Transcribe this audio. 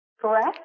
Correct